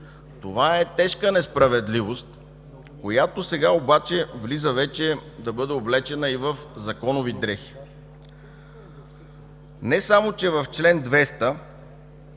Това е тежка несправедливост, която сега обаче влиза вече да бъде облечена и в законови дрехи. Не само че в чл. 200